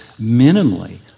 minimally